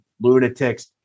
lunatics